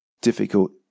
difficult